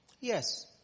Yes